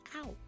out